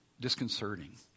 disconcerting